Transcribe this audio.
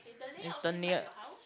is the near